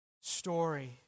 story